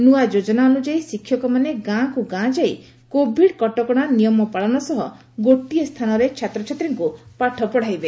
ନ୍ଆ ଯୋକନା ଅନୁଯାୟୀ ଶିକ୍ଷକମାନେ ଗାଁକୁ ଯାଇ କୋଭିଡ୍ କଟକଣା ନିୟମ ପାଳନ ସହ ଗୋଟିଏ ସ୍ଚାନରେ ଛାତ୍ରଛାତ୍ରୀଙ୍କୁ ପାଠ ପଢ଼ାଇବେ